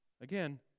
Again